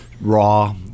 Raw